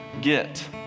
get